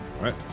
right